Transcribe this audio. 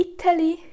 Italy